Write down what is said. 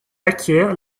acquiert